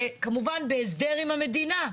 כמובן בהסדר עם המדינה,